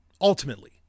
ultimately